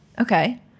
Okay